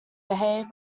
behaved